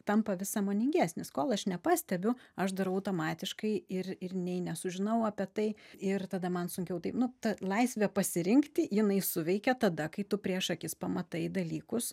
tampa vis sąmoningesnis kol aš nepastebiu aš darau automatiškai ir ir nei nesužinau apie tai ir tada man sunkiau tai ta laisvė pasirinkti jinai suveikia tada kai tu prieš akis pamatai dalykus